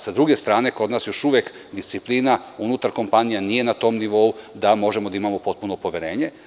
Sa druge strane, kod nas još uvek disciplina unutar kompanija nije na tom nivou da možemo da imamo potpuno poverenje.